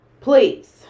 Please